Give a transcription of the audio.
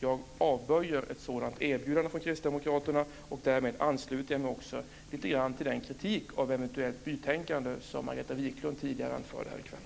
Jag avböjer ett sådant erbjudande från Kristdemokraterna och ansluter mig därmed också lite grann till den kritik av eventuellt bytänkande som Margareta Viklund tidigare anförde här i kväll.